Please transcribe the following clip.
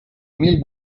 mil